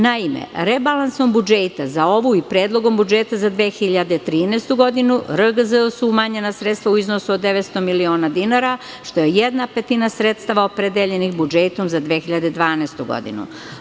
Naime, rebalansom budžeta za ovu i Predlogom budžeta za 2013. godinu, RGZ su umanjena sredstva u iznosu od 900 miliona dinara, što je jedna petina sredstava opredeljenih budžetom za 2012. godinu.